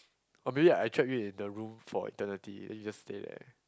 or maybe I trap you in the room for eternity then you just stay there